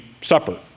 supper